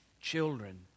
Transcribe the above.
children